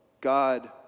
God